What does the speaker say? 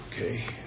Okay